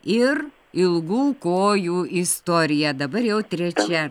ir ilgų kojų istorija dabar jau trečia